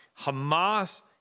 Hamas